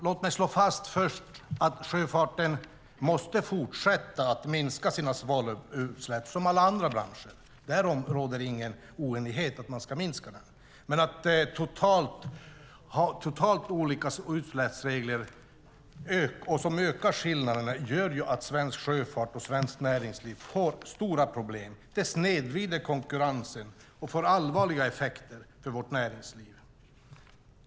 Låt mig först slå fast att sjöfarten, som alla andra branscher, måste fortsätta att minska sina svavelutsläpp. Det råder ingen oenighet om att man ska minska dem. Men att ha totalt olika utsläppsregler som ökar skillnaderna gör att svensk sjöfart och svenskt näringsliv får stora problem. Det snedvrider konkurrensen och får allvarliga effekter för vårt näringsliv.